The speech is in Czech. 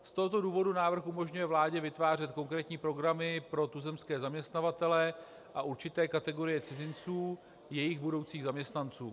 Z tohoto důvodu návrh umožňuje vládě vytvářet konkrétní programy pro tuzemské zaměstnavatele a určité kategorie cizinců, jejich budoucích zaměstnanců.